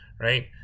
right